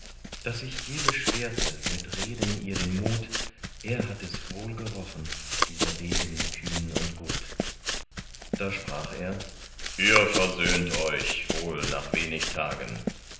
daß ich je beschwerte mit reden ihr den mut er hat es wohl gerochen dieser degen kühn und gut da sprach er ihr versöhnt euch wohl nach wenig tagen